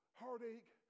heartache